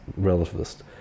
relativist